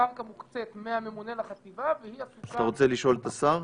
הקרקע מוקצית מהממונה לחטיבה והיא --- אתה רוצה לשאול את השר?